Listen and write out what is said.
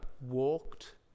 walked